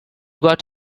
got